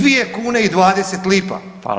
2 kune i 20 lipa.